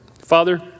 Father